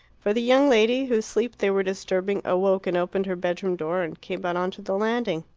for the young lady, whose sleep they were disturbing, awoke and opened her bedroom door, and came out on to the landing.